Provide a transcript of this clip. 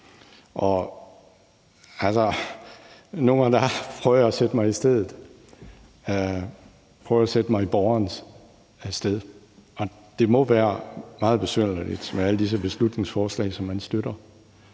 politisk i Folketinget. Nu og da prøver jeg at sætte mig i borgerens sted, og det må være meget besynderligt med alle disse beslutningsforslag, som man støtter